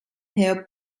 help